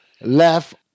left